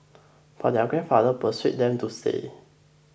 but their grandfather persuaded them to stay